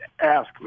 ask